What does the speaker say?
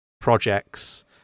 projects